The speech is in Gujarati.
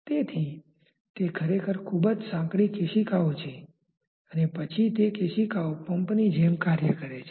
તેથી તે ખરેખર ખૂબ જ સાંકડી કેશિકાઓ છે અને પછી તે કેશિકાઓ પંપની જેમ કાર્ય કરે છે